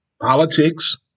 politics